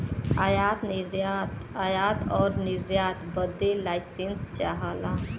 आयात आउर निर्यात बदे लाइसेंस चाहला